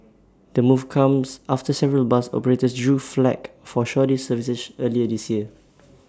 the move comes after several bus operators drew flak for shoddy services earlier this year